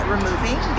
removing